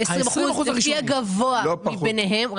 לפי הגבוה מביניהם --- ה-20% הראשונים.